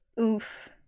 Oof